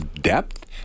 depth